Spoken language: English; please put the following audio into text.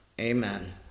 Amen